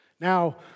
Now